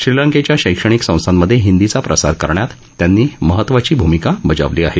श्रीलंकेच्या शक्षणिक संस्थांमधे हिंदीचा प्रसार करण्यात त्यांनी महत्त्वाची भूमिका बजावली आहे